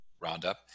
Roundup